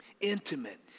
Intimate